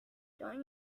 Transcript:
don’t